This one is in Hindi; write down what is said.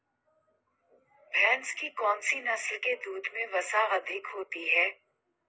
भैंस की कौनसी नस्ल के दूध में वसा अधिक होती है?